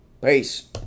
Peace